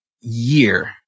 year